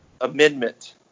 amendment